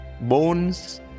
bones